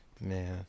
man